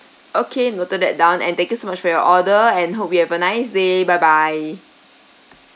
okay noted that down and thank you so much for your order and hope you have a nice day bye bye